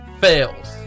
fails